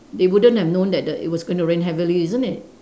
they wouldn't have known that the it was going to rain heavily isn't it